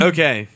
Okay